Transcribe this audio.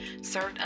served